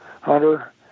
hunter